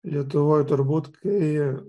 lietuvoje turbūt kai